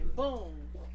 boom